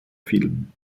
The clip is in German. film